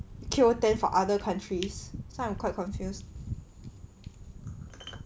Qoo Ten for some other countries so I'm quite confused